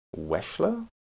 Weschler